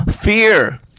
Fear